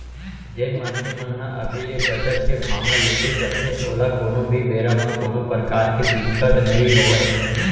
जेन मनसे मन ह अभी ले बचत के भावना लेके चलथे ओला कोनो भी बेरा म कोनो परकार के दिक्कत नइ होवय